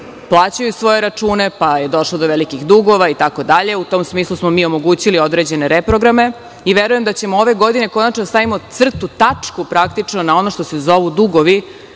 plaćaju svoje račune, pa je došlo do velikih dugova, itd. U tom smislu, smo mi omogućili određene reprograme i verujem da ćemo ove godine konačno da stavimo crtu, tačku, praktično na ono što se zovu dugovi